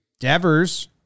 Devers